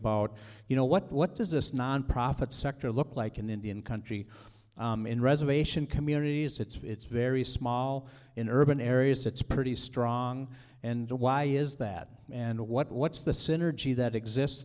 about you know what what does this nonprofit sector look like in indian country in reservation communities it's very small in urban areas it's pretty strong and why is that and what what's the synergy that exists